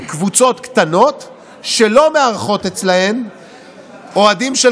קבוצות קטנות שלא מארחות אצלן אוהדים של